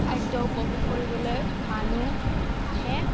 খাদ্য় উপভোগ কৰিবলৈ মানুহ আহে